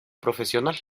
profesional